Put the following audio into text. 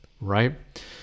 right